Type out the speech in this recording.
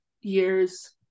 years